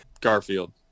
Garfield